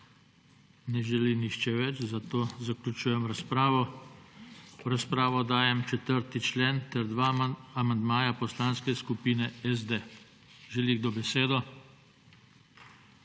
Ne želi nihče več, zato zaključujem razpravo. V razpravo dajem 4. člen ter dva amandmaja Poslanske skupine SD. Želi kdo besedo?